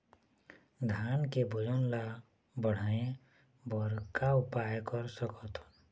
धान के वजन ला बढ़ाएं बर का उपाय कर सकथन?